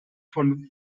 von